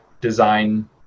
design